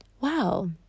wow